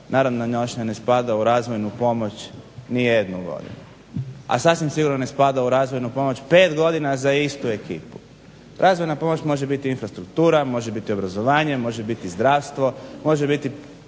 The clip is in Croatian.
naravno nošnja što ne spada u razvojnu pomoć niti jednu godinu. A sasvim sigurno ne spada u razvojnu pomoć pet godina za istu ekipu. Razvojna pomoć može biti infrastruktura, može biti obrazovanje, može biti zdravstvo, može biti